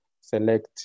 select